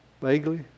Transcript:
Vaguely